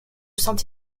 saint